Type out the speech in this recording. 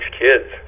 kids